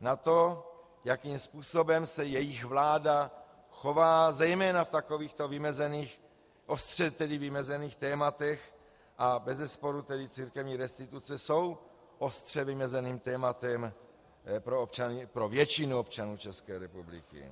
na to, jakým způsobem se jejich vláda chová zejména v takovýchto ostře vymezených tématech, a bezesporu církevní restituce jsou ostře vymezeným tématem pro většinu občanů České republiky.